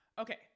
Okay